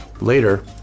Later